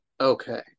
Okay